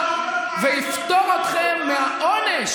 ----- גזענות ----- ויפטור אתכם מהעונש,